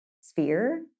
sphere